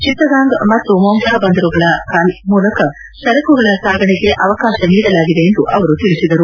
ಚಿತ್ತಗಾಂಗ್ ಮತ್ತು ಮೊಂಗ್ಲಾ ಬಂದರುಗಳ ಮೂಲಕ ಸರಕುಗಳ ಸಾಗಣೆಗೆ ಅವಕಾಶ ನೀಡಲಾಗಿದೆ ಎಂದು ಅವರು ತಿಳಿಸಿದರು